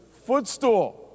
footstool